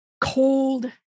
cold